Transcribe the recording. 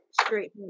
straight